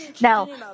Now